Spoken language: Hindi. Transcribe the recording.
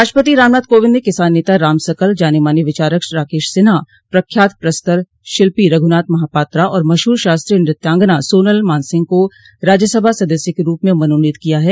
राष्ट्रपति रामनाथ कोविंद ने किसान नेता राम सकल जाने माने विचारक राकेश सिन्हा प्रख्यात प्रस्तर शिल्पी रघुनाथ महापात्रा और मशहूर शास्त्रीय नृत्यांगना सोनल मान सिंह को राज्यसभा सदस्य के रूप में मनोनीत किया है